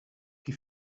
qui